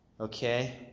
Okay